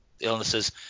illnesses